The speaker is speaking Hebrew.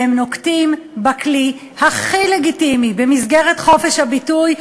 והם נוקטים את הכלי הכי לגיטימי במסגרת חופש הביטוי,